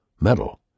metal